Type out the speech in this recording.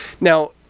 Now